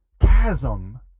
chasm